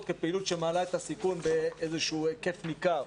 כפעילות שמעלה את הסיכון באיזשהו היקף ניכר.